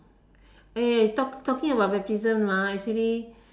eh talk talking about baptism ah actually